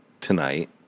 tonight